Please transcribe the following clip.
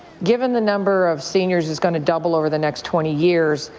given the number of seniors is going to double over the next twenty years,